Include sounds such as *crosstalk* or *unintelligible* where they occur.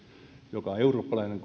joka on eurooppalainen *unintelligible*